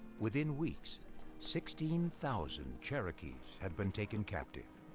within weeks sixteen thousand cherokees had been taken captive.